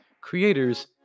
creators